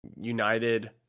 United